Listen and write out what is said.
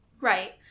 Right